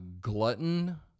glutton